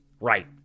Right